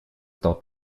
стал